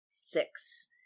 six